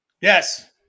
Yes